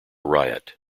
riot